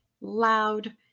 loud